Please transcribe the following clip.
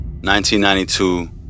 1992